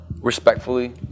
respectfully